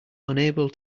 unable